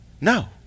No